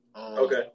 Okay